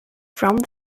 from